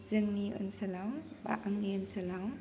जोंनि ओनसोलाव बा आंनि ओनसोलाव